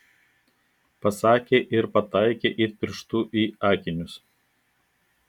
pasakė ir pataikė it pirštu į akinius